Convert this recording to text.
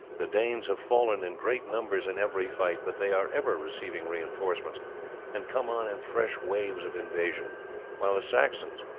the danes have fallen in great numbers in every fight, but they are ever receiving reinforcements and come on in fresh waves of invasion while the saxons,